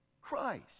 Christ